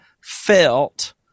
felt